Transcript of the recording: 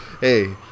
hey